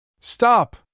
Stop